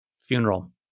funeral